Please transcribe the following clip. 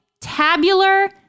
tabular